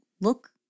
look